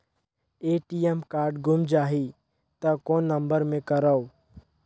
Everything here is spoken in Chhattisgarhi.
ए.टी.एम कारड गुम जाही त कौन नम्बर मे करव?